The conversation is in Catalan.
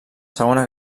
segona